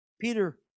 Peter